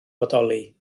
bodoli